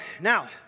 Now